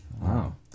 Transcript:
Wow